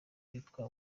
rwitwa